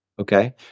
okay